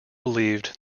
believed